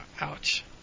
ouch